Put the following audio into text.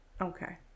Okay